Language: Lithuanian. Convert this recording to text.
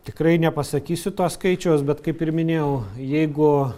tikrai nepasakysiu to skaičiaus bet kaip ir minėjau jeigu